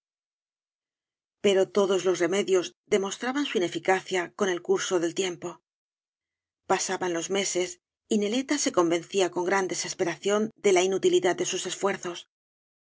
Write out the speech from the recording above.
pero todos los remedios demostraban su ineficacia con el curso del tiempo pasaban los meses y neleta se convencía con gran desesperación de la inutilidad de sus esfuerzos